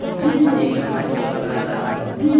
ई कॉमर्स क का लाभ ह?